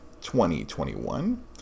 2021